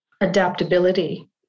adaptability